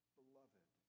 beloved